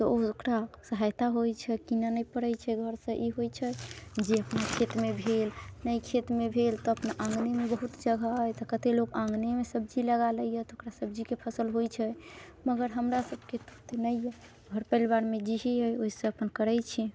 तऽ ओकरा सहायता होइत छै कीनऽ नहि पड़ैत छै घर से ई होइत छै जे अपना खेतमे भेल नहि अपना खेतमे भेल तऽ अपना आँगनमे बहुत जगह अछि तऽ कतेक लोक आँगनेमे सब्जी लगा लैया तऽ ओकरा सब्जीके फसल होइत छै मगर हमरा सभकेँ तऽ नहि यऽ घर परिवारमे जेही हइ ओहिसँ अपन करैत छी